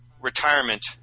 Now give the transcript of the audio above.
retirement